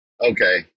okay